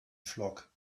flock